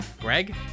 Greg